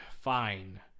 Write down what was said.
fine